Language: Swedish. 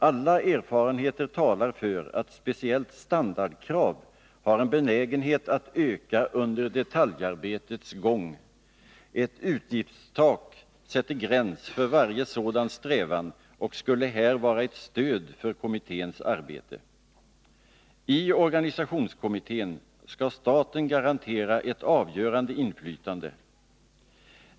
Alla erfarenheter talar för att speciellt standardkrav har en benägenhet att öka under detaljarbetets gång. Ett utgiftstak sätter gräns för varje sådan strävan och skulle här vara ett stöd för kommitténs arbete. I organisationskommittén skall staten garanteras ett avgörande inflytande.